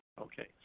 Okay